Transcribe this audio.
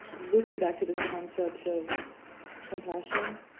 looping back to this concept of compassion,